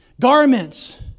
Garments